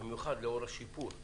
במיוחד לאור השיפורים